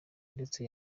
ndetse